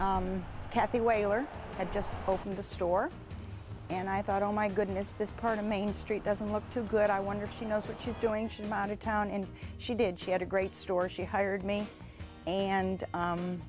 weyler had just opened the store and i thought oh my goodness this part of main street doesn't look too good i wonder if she knows what she's doing she's proud of town and she did she had a great store she hired me and